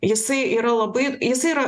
jisai yra labai jisai yra